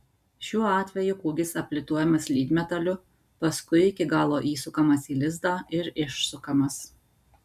šiuo atveju kūgis aplituojamas lydmetaliu paskui iki galo įsukamas į lizdą ir išsukamas